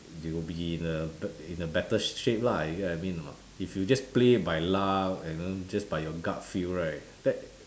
you will be in a bet~ in a better shape lah you get what I mean or not if you just play by luck and then just by your gut feel right that